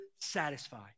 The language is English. satisfy